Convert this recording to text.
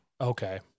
Okay